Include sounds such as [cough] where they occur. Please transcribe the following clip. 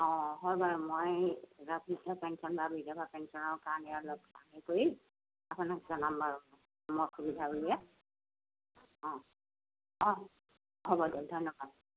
অঁ হয় বাৰু মই বৃদ্ধ পেঞ্চন বা বিধৱা পেঞ্চনৰ কাৰণে অলপ [unintelligible] কৰি আপোনাক জনাম বাৰু মই মই সুবিধা উলিয়াই অঁ অঁ হ'ব দিয়ক ধন্যবাদ